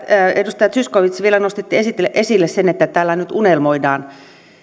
edustaja zyskowicz vielä nostitte esille sen että täällä nyt unelmoidaan